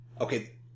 okay